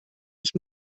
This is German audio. ich